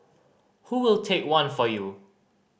who will take one for you